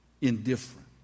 indifferent